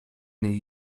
niej